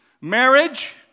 marriage